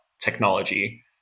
technology